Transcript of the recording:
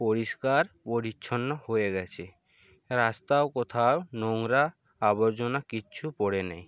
পরিষ্কার পরিচ্ছন্ন হয়ে গেছে রাস্তাও কোথাও নোংরা আবর্জনা কিছু পড়ে নেই